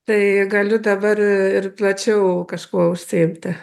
tai galiu dabar ir plačiau kažkuo užsiimti